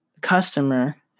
customer